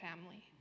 family